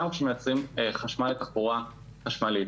גם כשמייצרים חשמל לתחבורה חשמלית.